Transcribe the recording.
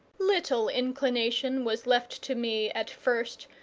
little inclination was left to me, at first,